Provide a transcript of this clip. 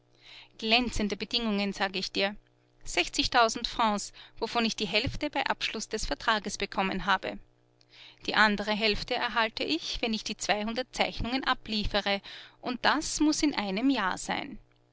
glänzende bedingungen sage ich dir sechzigtausend francs wovon ich die hälfte bei abschluß der vertrages bekommen habe die andere hälfte erhalte ich wenn ich die zweihundert zeichnungen abliefere und das muß in einem jahr sein